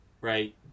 Right